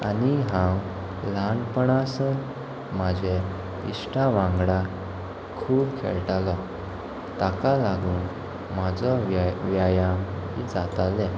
आनी हांव ल्हानपणासून म्हाजे इश्टा वांगडा खूब खेळटालो ताका लागून म्हाजो व्याय व्यायाम जाताले